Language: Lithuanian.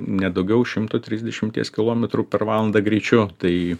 ne daugiau šimto trisdešimties kilometrų per valandą greičiu tai